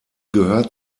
gehört